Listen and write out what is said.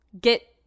get